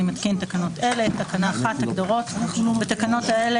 אני מתקין תקנות אלה: תקנה 1: הגדרות1.בתקנות אלה,